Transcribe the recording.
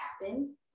happen